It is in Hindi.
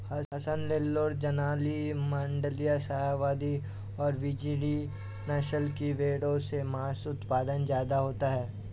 हसन, नैल्लोर, जालौनी, माण्ड्या, शाहवादी और बजीरी नस्ल की भेंड़ों से माँस उत्पादन ज्यादा होता है